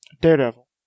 Daredevil